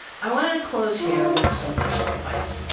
i want to close here with some personal advice.